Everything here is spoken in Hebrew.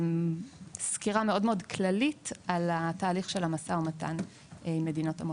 סקירה מאוד קצרה של תהליך המשא ומתן עם מדינות המוצא.